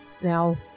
now